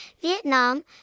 Vietnam